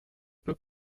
peut